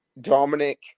Dominic